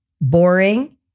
boring